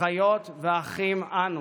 אחיות ואחים אנו,